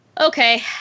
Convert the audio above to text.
Okay